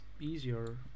easier